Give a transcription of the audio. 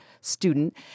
student